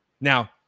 Now